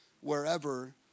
wherever